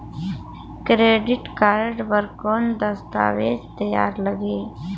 Credit card बर कौन दस्तावेज तैयार लगही?